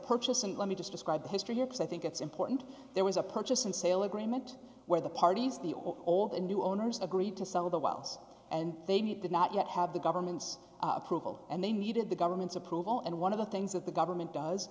purchase and let me just describe the history here because i think it's important there was a purchase and sale agreement where the parties the or all the new owners agreed to sell the wilds and they did not yet have the government's approval and they needed the government's approval and one of the things that the government does